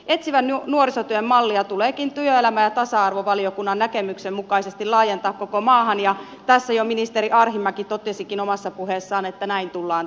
etsivän nuorisotyön mallia tuleekin työelämä ja tasa arvovaliokunnan näkemyksen mukaisesti laajentaa koko maahan ja tässä jo ministeri arhinmäki totesikin omassa puheessaan että näin tullaan tekemään